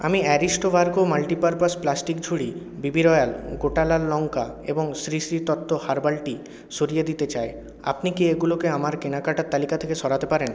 আমি Aristo Virgo multipurpose plastic ঝুড়ি BB Royal গোটা লাল লঙ্কা এবং শ্রী শ্রী তত্ত্ব হার্বাল টি সরিয়ে দিতে চাই আপনি কি এগুলোকে আমার কেনাকাটার তালিকা থেকে সরাতে পারেন